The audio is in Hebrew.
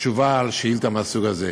תשובה על שאילתה מהסוג הזה.